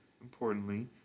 importantly